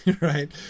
right